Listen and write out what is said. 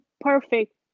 perfect